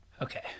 Okay